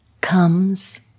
comes